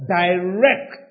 Direct